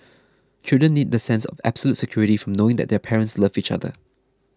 children need that sense of absolute security from knowing that their parents love each other